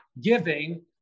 giving